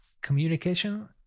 communication